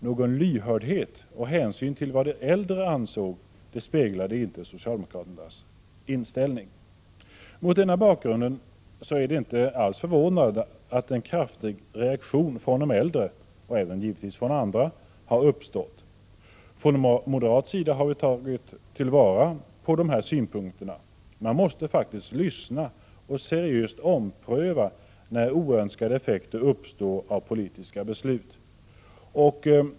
Någon lyhördhet och hänsyn till vad de äldre ansåg speglade inte socialdemokraternas inställning. Mot denna bakgrund är det inte alls förvånande att en kraftig reaktion från de äldre, men givetvis även från andra, har uppstått. Från moderat sida har vi tagit till vara dessa synpunkter. Man måste lyssna och seriöst ompröva när oönskade effekter av politiska beslut uppstår.